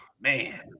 man